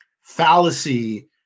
fallacy